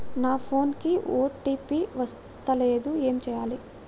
నా ఫోన్ కి ఓ.టీ.పి వస్తలేదు ఏం చేయాలే?